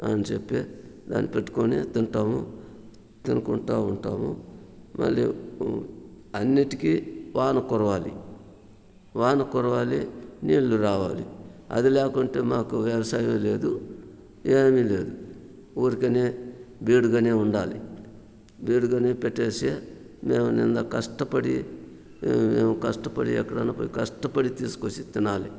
అని చెప్పే దాన్ని పెట్టుకొని తింటాము తినుకుంటా ఉంటాము మళ్లీ అన్నిటికీ వాన కురవాలి వాన కురవాలి నీళ్లు రావాలి అది లేకుంటే మాకు వ్యవసాయమే లేదు ఏమీ లేదు ఊరికనే బీడుగానే ఉండాలి బీడుగానే పెట్టేసి మేము ఇందాక కష్టపడి మేము కష్టపడి ఎక్కడనా పోయి కష్టపడి తీసుకొచ్చి తినాలి